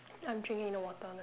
I'm drinking the water